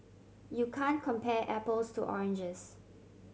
you can compare apples to oranges